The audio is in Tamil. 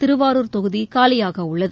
திருவாரூர் தொகுதி காலியாக உள்ளது